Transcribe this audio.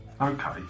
Okay